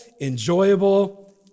enjoyable